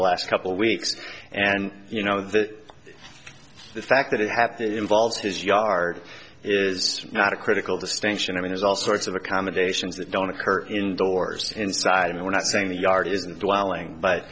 the last couple of weeks and you know that the fact that it happened involves his yard is not a critical distinction i mean there's all sorts of accommodations that don't occur in doors inside and we're not saying the yard isn't wiling but